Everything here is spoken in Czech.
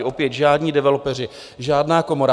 Opět žádní developeři, žádná komora.